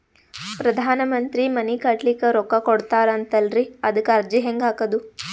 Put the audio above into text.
ಪ್ರಧಾನ ಮಂತ್ರಿ ಮನಿ ಕಟ್ಲಿಕ ರೊಕ್ಕ ಕೊಟತಾರಂತಲ್ರಿ, ಅದಕ ಅರ್ಜಿ ಹೆಂಗ ಹಾಕದು?